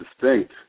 distinct